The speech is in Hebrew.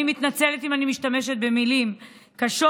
אני מתנצלת אם אני משתמשת במילים קשות,